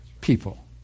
people